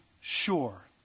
sure